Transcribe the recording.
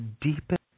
deepest